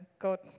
God